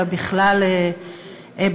אלא בכלל בעולם,